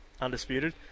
undisputed